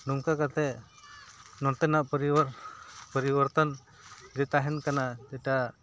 ᱱᱚᱝᱠᱟ ᱠᱟᱛᱮ ᱱᱚᱛᱮᱱᱟᱜ ᱯᱚᱨᱤᱵᱟᱨ ᱯᱚᱨᱤᱵᱚᱨᱛᱚᱱ ᱨᱮ ᱛᱟᱦᱮᱱ ᱠᱟᱱᱟ ᱡᱮᱴᱟ